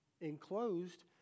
enclosed